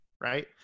Right